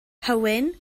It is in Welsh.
hywyn